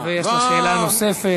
ויש לה שאילתה נוספת.